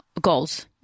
goals